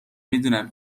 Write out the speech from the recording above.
میدونم